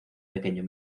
pequeño